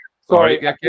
sorry